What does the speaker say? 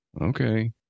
Okay